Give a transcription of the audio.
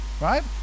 Right